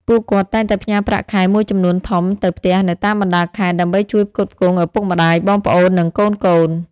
ពួកគាត់តែងតែផ្ញើប្រាក់ខែមួយចំនួនធំទៅផ្ទះនៅតាមបណ្ដាខេត្ត ដើម្បីជួយផ្គត់ផ្គង់ឪពុកម្ដាយ បងប្អូន និងកូនៗ។